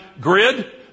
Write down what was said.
grid